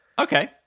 Okay